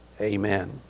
Amen